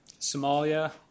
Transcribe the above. Somalia